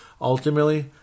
ultimately